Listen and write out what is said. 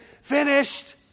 finished